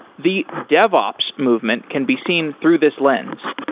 the dev ops movement can be seen through this lens.